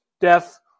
death